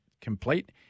complete